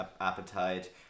appetite